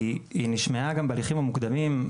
היא נשמעה גם בהליכים המוקדמים,